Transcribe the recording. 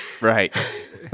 right